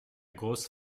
grosse